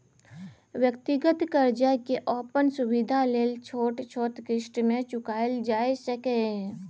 व्यक्तिगत कर्जा के अपन सुविधा लेल छोट छोट क़िस्त में चुकायल जाइ सकेए